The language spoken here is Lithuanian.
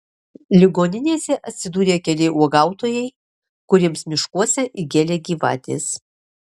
ligoninėse atsidūrė keli uogautojai kuriems miškuose įgėlė gyvatės